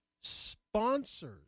sponsors